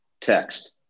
text